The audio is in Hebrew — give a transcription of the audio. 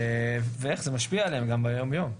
ואיך זה משפיע עליהם גם ביום יום?